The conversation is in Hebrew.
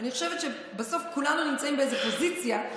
אני חושבת שבסוף כולנו נמצאים באיזו פוזיציה,